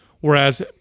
whereas